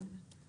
בבקשה.